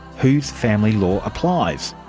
whose family law applies?